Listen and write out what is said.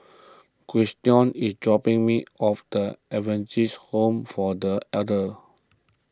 Christion is dropping me off the Adventist Home for the Elders